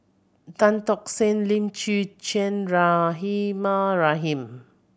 Tan Tock San Lim Chwee Chian Rahimah Rahim